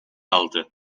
aldı